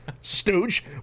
stooge